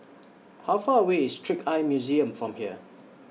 How Far away IS Trick Eye Museum from here